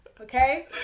Okay